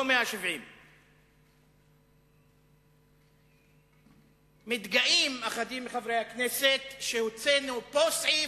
לא 170. מתגאים אחדים מחברי הכנסת: הוצאנו פה סעיף,